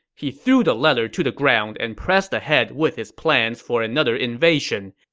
he threw the letter to the ground and pressed ahead with his plans for another invasion.